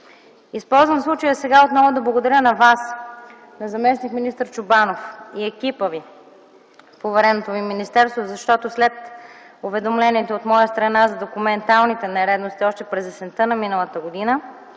Използвам случая отново да благодаря на Вас, на заместник-министър Чобанов и екипа Ви в повереното ви министерство, защото след уведомлението от моя страна за документалните нередности още през есента на миналата година